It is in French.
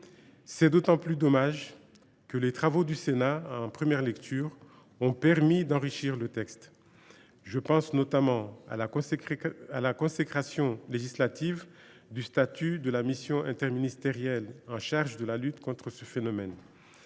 C’est d’autant plus regrettable que les travaux du Sénat en première lecture avaient permis d’enrichir le texte. Je pense notamment à la consécration législative du statut de la mission interministérielle chargée de la lutte contre ce phénomène,